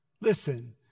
Listen